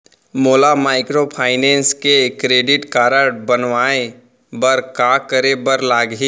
मोला माइक्रोफाइनेंस के credit card बनवाए बर का करे बर लागही?